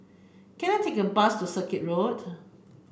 can I take a bus to Circuit Road